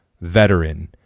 veteran